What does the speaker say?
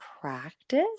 practice